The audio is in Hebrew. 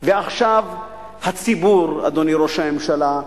ועכשיו הציבור, אדוני ראש הממשלה,